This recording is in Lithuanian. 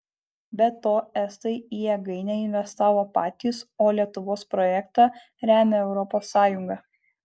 be to estai į jėgainę investavo patys o lietuvos projektą remia europos sąjunga